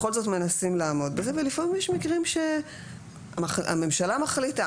בכל זאת מנסים לעמוד בזה ולפעמים יש מקרים שהממשלה מחליטה,